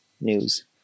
News